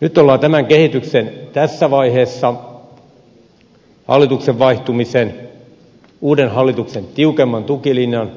nyt ollaan tämän kehityksen tässä vaiheessa hallituksen vaihtumisen uuden hallituksen tiukemman tukilinjan